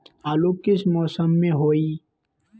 आलू किस मौसम में होई?